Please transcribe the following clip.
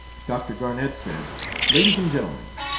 dr. garnett said ladies and gentlemen,